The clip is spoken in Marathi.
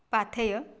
पाथेय